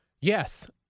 Yes